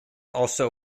also